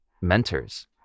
mentors